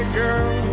girl